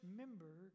member